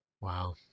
wow